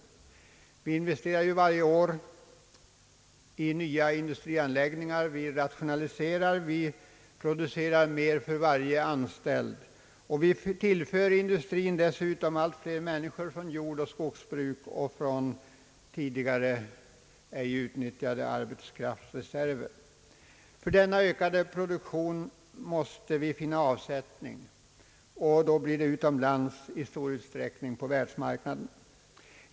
Varje år investerar vi i nya industrianläggningar, vi rationaliserar, varje anställd producerar mer, och dessutom tillför vi industrin allt fler människor från jordoch skogsbruk samt från tidigare ej utnyttjade arbetskraftsreserver. För denna ökade produktion måste vi finna avsättning, och då blir det i stor utsträckning på den utländska marknaden.